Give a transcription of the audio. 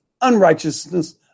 unrighteousness